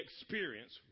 experience